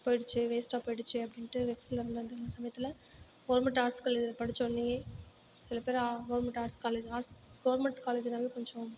போயிடுத்தே வேஸ்டாக போயிடுத்தே அப்படின்ட்டு வெக்ஸில் இருந்த அந்த மாதிரி சமயத்தில் கவர்ன்மெண்ட் ஆர்ட்ஸ் காலேஜில் படித்தவொன்னேயே சில பேர் government arts college arts government காலேஜினாவே கொஞ்சம்